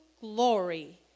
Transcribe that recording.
glory